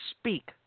speak